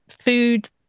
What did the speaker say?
food